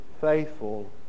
faithful